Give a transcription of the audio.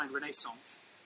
Renaissance